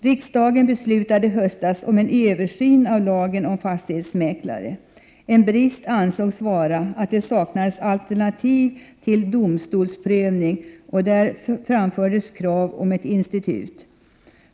Riksdagen beslutade i höstas om en översyn av lagen om fastighetsmäklare. En brist ansågs vara att det saknades alternativ till domstolsprövning. Då framfördes krav om ett institut.